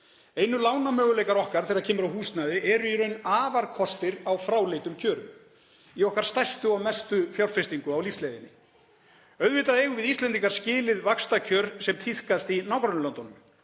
Einu lánamöguleikar okkar þegar kemur að húsnæði eru í raun afarkostir á fráleitum kjörum í okkar stærstu og mestu fjárfestingu á lífsleiðinni. Auðvitað eigum við Íslendingar skilið vaxtakjör sem tíðkast í nágrannalöndunum.